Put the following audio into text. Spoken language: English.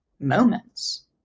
Moments